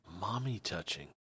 Mommy-touching